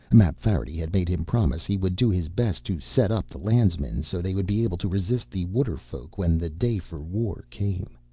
mapfarity had made him promise he would do his best to set up the landsmen so they would be able to resist the waterfolk when the day for war came.